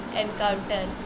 encounter